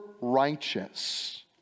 righteous